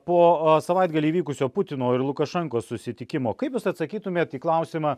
po savaitgalį įvykusio putino ir lukašenkos susitikimo kaip jūs atsakytumėt į klausimą